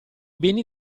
beni